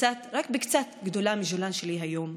רק קצת גדולה מג'ולאן שלי היום.